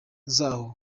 zaho